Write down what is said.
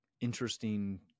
interesting